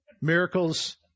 Miracles